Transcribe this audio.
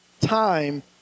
time